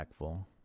impactful